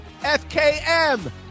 FKM